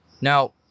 Now